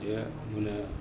જે મને